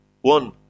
one